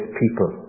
people